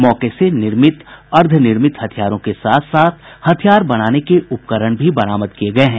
मौके से निर्मित अर्द्वनिर्मित हथियारों के साथ साथ हथियार बनाने के उपकरण भी बरामद किये गये हैं